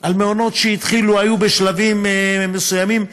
למעונות שהתחילו, היו בשלבים מסוימים.